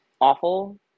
awful